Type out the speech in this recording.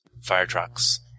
fire-trucks